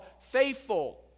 Faithful